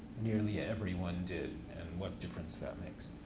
nearly everyone did and what difference that makes.